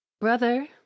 brother